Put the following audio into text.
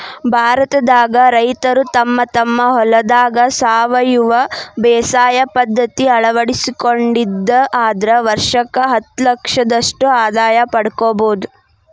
ಭಾರತದಾಗ ರೈತರು ತಮ್ಮ ತಮ್ಮ ಹೊಲದಾಗ ಸಾವಯವ ಬೇಸಾಯ ಪದ್ಧತಿ ಅಳವಡಿಸಿಕೊಂಡಿದ್ದ ಆದ್ರ ವರ್ಷಕ್ಕ ಹತ್ತಲಕ್ಷದಷ್ಟ ಆದಾಯ ಪಡ್ಕೋಬೋದು